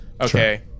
Okay